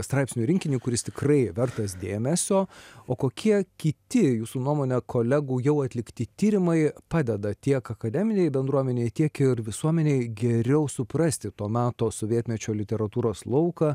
straipsnių rinkinį kuris tikrai vertas dėmesio o kokie kiti jūsų nuomone kolegų jau atlikti tyrimai padeda tiek akademinei bendruomenei tiek ir visuomenei geriau suprasti to meto sovietmečio literatūros lauką